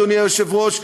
אדוני היושב-ראש.